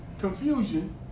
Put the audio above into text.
confusion